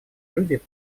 люди